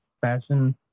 fashion